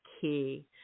key